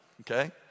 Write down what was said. Okay